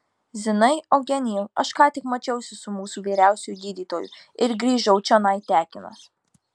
zinai eugenijau aš ką tik mačiausi su mūsų vyriausiuoju gydytoju ir grįžau čionai tekinas